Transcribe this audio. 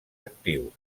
actius